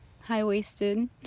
High-waisted